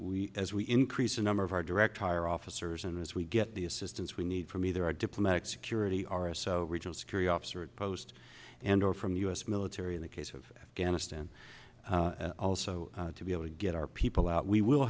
we as we increase the number of our direct hire officers and as we get the assistance we need for me there are diplomatic security areso regional security officer post and or from the u s military in the case of ghana stand also to be able to get our people out we will